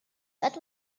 that